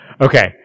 Okay